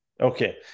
okay